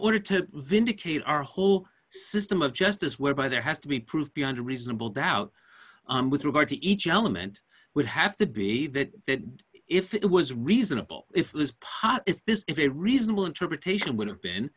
order to vindicate our whole system of justice whereby there has to be proved beyond a reasonable doubt with regard to each element would have to be that if it was reasonable if his pot if this is a reasonable interpretation would have been